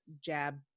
jab